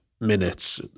minutes